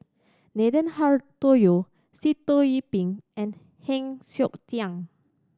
Nathan Hartono Sitoh Yih Pin and Heng Siok Tian